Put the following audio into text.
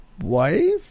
wife